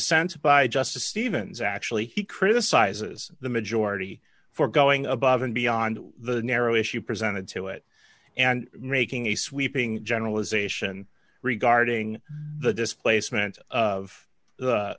dissent by justice stevens actually he criticizes the majority for going above and beyond the narrow issue presented to it and making a sweeping generalization regarding the displacement of